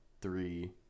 three